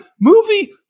movie